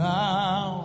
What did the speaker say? now